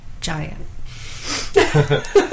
giant